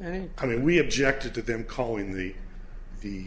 and i mean we objected to them calling the the